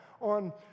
on